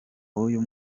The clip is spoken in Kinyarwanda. w’uyu